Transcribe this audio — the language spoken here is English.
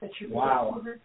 wow